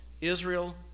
Israel